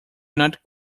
not